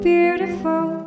Beautiful